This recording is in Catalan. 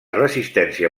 resistència